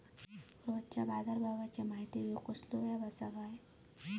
दररोजच्या बाजारभावाची माहिती घेऊक कसलो अँप आसा काय?